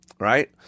right